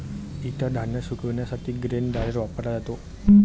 इतर धान्य सुकविण्यासाठी ग्रेन ड्रायर वापरला जातो